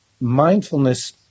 mindfulness